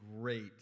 great